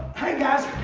hey guys,